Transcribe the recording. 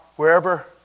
Wherever